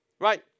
right